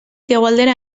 hegoaldera